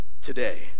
today